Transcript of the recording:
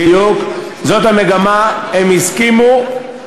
בדיוק, בדיוק, זאת המגמה, הם הסכימו.